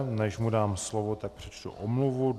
Než mu dám slovo, tak přečtu omluvu.